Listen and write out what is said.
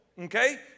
Okay